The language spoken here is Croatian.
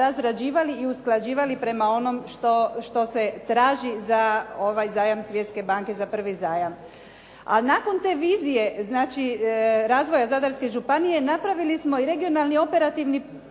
razrađivali i usklađivali prema onom što se traži za zajam Svjetske banke za prvi zajam. Ali nakon te vizije, znači razvoja Zadarske županije, napravili smo Regionalni operativni